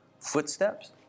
footsteps